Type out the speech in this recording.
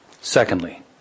Secondly